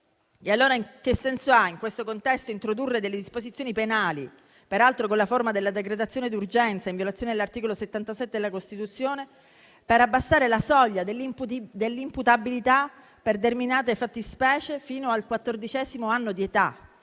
problema. Che senso ha in questo contesto introdurre delle disposizioni penali, peraltro con la forma della decretazione d'urgenza, in violazione dell'articolo 77 della Costituzione, per abbassare la soglia dell'imputabilità per determinate fattispecie fino al quattordicesimo anno di età?